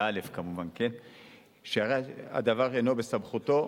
שהרי הדבר אינו בסמכותו.